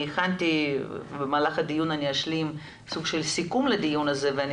אני הכנתי ובמהלך הדיון אשלים סוג של סיכום לדיון הזה ואני